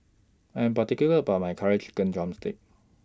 I Am particular about My Curry Chicken Drumstick